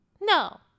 No